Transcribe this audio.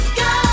go